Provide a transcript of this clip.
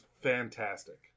fantastic